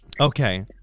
okay